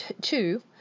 two